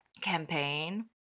campaign